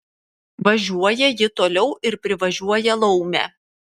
važiuoja ji toliau ir privažiuoja laumę